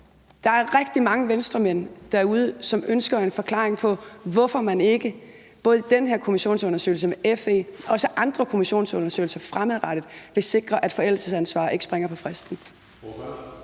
Der er rigtig mange Venstremænd derude, som ønsker en forklaring på, hvorfor man ikke både i den her kommissionsundersøgelse med FE og i andre kommissionsundersøgelser fremadrettet vil sikre, at man ikke kan løbe fra